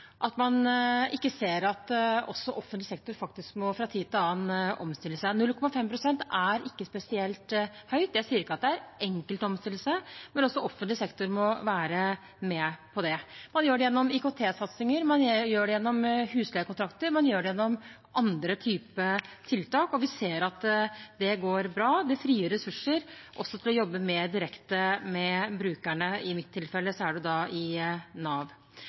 at man ikke ser at også offentlig sektor faktisk fra tid til annen må omstille seg. 0,5 pst. er ikke spesielt høyt. Jeg sier ikke at det er enkelt å omstille seg, men også offentlig sektor må være med på det. Man gjør det gjennom IKT-satsinger, man gjør det gjennom husleiekontrakter, man gjør det gjennom andre typer tiltak, og vi ser at det går bra, at det frigjør ressurser til å jobbe mer direkte med brukerne. I mitt tilfelle er det da i Nav.